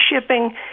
shipping